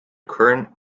current